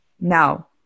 now